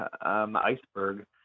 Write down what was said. iceberg